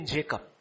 Jacob